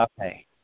Okay